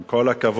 עם כל הכבוד,